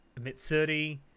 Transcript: Mitsuri